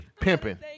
Pimping